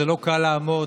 זה לא קל לעמוד